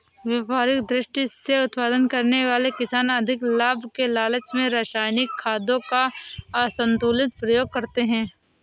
व्यापारिक दृष्टि से उत्पादन करने वाले किसान अधिक लाभ के लालच में रसायनिक खादों का असन्तुलित प्रयोग करते हैं